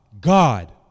God